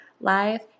live